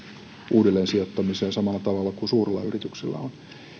uudelleensijoittamiseen samalla tavalla kuin suurella yrityksellä on